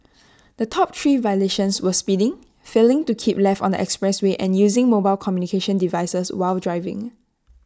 the top three violations were speeding failing to keep left on the expressway and using mobile communications devices while driving